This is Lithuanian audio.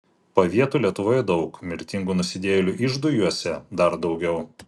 pavietų lietuvoje daug mirtingų nusidėjėlių iždui juose dar daugiau